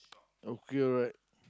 okay alright